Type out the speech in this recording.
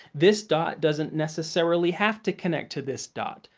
this dot doesn't necessarily have to connect to this dot.